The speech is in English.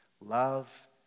Love